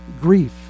grief